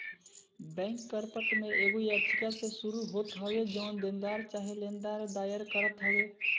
bankrupt में एगो याचिका से शुरू होत हवे जवन देनदार चाहे लेनदार दायर करत हवे